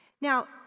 Now